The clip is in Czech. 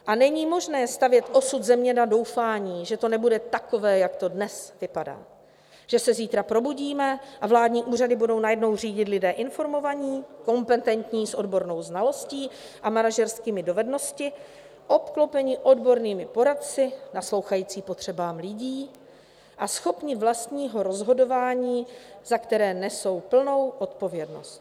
A není možné stavět osud země na doufání, že to nebude takové, jak to dnes vypadá, že se zítra probudíme a vládní úřady budou najednou řídit lidé informovaní, kompetentní, s odbornou znalostí a manažerskými dovednostmi obklopeni odbornými poradci, naslouchajícími potřebám lidí a schopní vlastního rozhodování, za které nesou plnou odpovědnost.